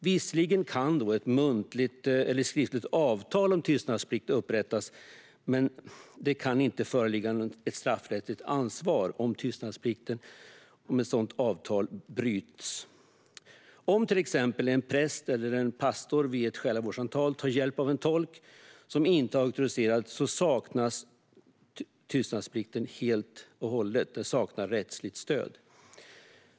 Visserligen kan ett muntligt eller skriftligt avtal om tystnadsplikt upprättas, men det kan inte föreligga ett straffrättsligt ansvar om ett sådant avtal bryts. Om till exempel en präst eller en pastor vid ett själavårdssamtal tar hjälp av en tolk som inte är auktoriserad saknar tystnadsplikten helt och hållet rättsligt stöd.